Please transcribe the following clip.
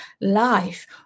life